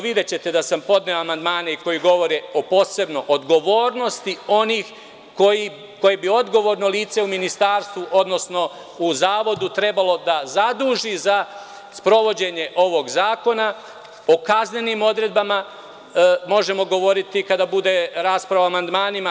Videćete da sam podneo amandmane koji govore posebno o odgovornosti onih koje bi odgovorno lice u ministarstvu, odnosno u zavodu trebalo da zaduži za sprovođenje ovog zakona, o kaznenim odredbama možemo govoriti kada bude rasprava o amandmanima.